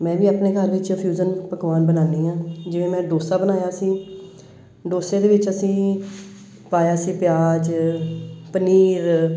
ਮੈਂ ਵੀ ਆਪਣੇ ਘਰ ਵਿੱਚ ਫਿਊਜ਼ਨ ਪਕਵਾਨ ਬਣਾਉਂਦੀ ਹਾਂ ਜਿਵੇਂ ਮੈਂ ਡੋਸਾ ਬਣਾਇਆ ਸੀ ਡੋਸੇ ਦੇ ਵਿੱਚ ਅਸੀਂ ਪਾਇਆ ਸੀ ਪਿਆਜ਼ ਪਨੀਰ